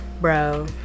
bro